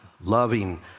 loving